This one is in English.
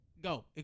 Go